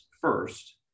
first